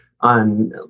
on